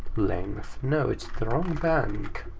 like kind of no, it's the wrong bank!